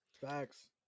Facts